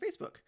Facebook